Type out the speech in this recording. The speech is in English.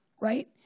right